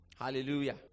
Hallelujah